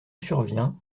survient